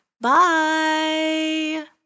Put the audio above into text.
Bye